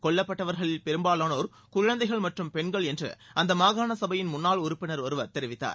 கொல்லப்பட்டவர்களில் பெரும்பாலானோர் குழந்தைகள் மற்றும் பெண்கள் என்று அந்த மாகாண சபையின் முன்னாள் உறுப்பினர் ஒருவர் தெரிவித்தார்